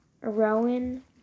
Rowan